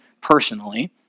personally